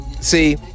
see